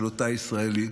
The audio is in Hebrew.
של אותה ישראליות.